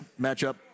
matchup